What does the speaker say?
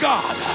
God